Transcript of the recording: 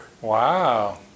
Wow